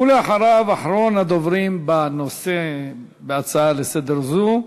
ואחריו, אחרון הדוברים בהצעה זו לסדר-היום,